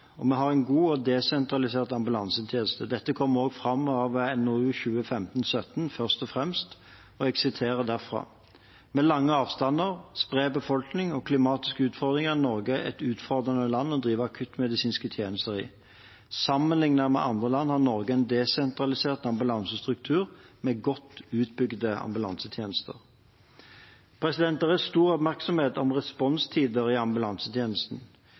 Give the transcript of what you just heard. Vi har en god og desentralisert ambulansetjeneste. Dette kom også fram av NOU 2015: 17, Først og fremst. Jeg siterer derfra: «Med lange avstander, spredt befolkning og klimatiske utfordringer er Norge et utfordrende land å drive akuttmedisinske tjenester i. Sammenliknet med andre land har Norge en desentralisert ambulansestruktur med en godt utbygget ambulansetjeneste.» Det er stor oppmerksomhet om responstider i ambulansetjenesten.